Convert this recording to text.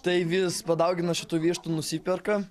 tai vis padaugina šitų vištų nusiperka